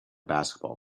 basketball